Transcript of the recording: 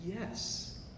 yes